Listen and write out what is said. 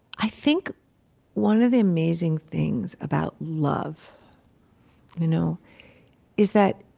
i think one of the amazing things about love you know is that,